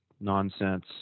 nonsense